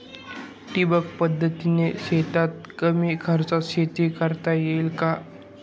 ठिबक पद्धतीने शेतात कमी खर्चात शेती करता येईल का?